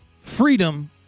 freedom